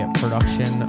production